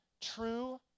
True